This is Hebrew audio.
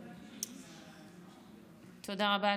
תודה רבה.